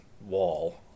wall